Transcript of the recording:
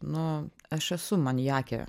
nu aš esu maniakė